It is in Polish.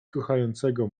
kochającego